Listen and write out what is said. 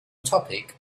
topic